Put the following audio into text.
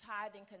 tithing